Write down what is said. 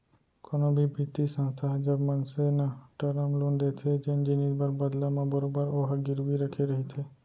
कोनो भी बित्तीय संस्था ह जब मनसे न टरम लोन देथे जेन जिनिस बर बदला म बरोबर ओहा गिरवी रखे रहिथे